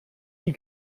die